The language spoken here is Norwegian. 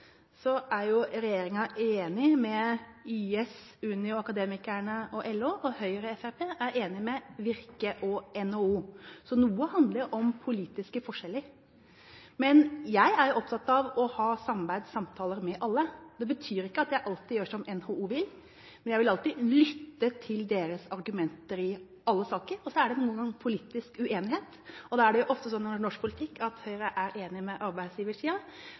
så noe handler om politiske forskjeller. Men jeg er opptatt av å ha samarbeid og samtaler med alle. Det betyr ikke at jeg alltid gjør som NHO vil, men jeg vil alltid lytte til deres argumenter i alle saker. Så er det noen ganger politisk uenighet – og da er det jo ofte sånn i norsk politikk at Høyre er enig med